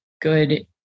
good